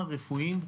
המיון,